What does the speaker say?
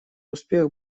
успех